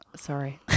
Sorry